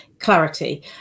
clarity